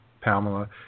Pamela